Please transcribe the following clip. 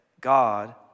God